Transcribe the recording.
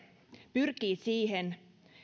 pyrkii siihen